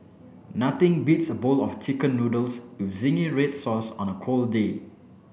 nothing beats a bowl of chicken noodles with zingy red sauce on a cold day